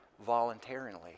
voluntarily